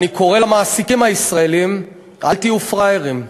ואני קורא למעסיקים הישראלים: אל תהיו פראיירים,